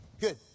Good